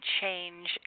change